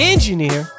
Engineer